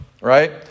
right